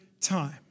time